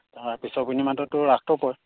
তাৰ পিছৰ পূৰ্ণিমাততো ৰাসটো কৰে